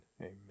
Amen